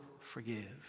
forgive